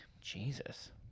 Jesus